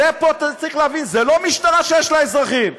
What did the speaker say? צריך להבין, זה לא משטרה שיש לה אזרחים.